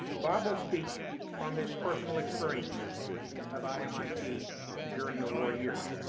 bob will speak from his personal experience about mit during the war years.